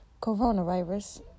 coronavirus